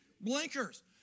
Blinkers